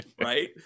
Right